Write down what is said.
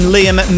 Liam